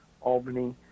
Albany